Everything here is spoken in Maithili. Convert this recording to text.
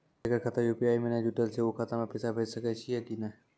जेकर खाता यु.पी.आई से नैय जुटल छै उ खाता मे पैसा भेज सकै छियै कि नै?